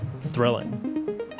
thrilling